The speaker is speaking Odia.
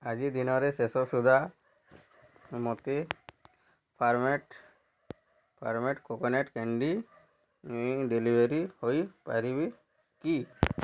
ଆଜି ଦିନର ଶେଷ ସୁଦ୍ଧା ମୋତେ Farmmade Farmmade coconut candy deliver ହୋଇ ପାରିବେ କି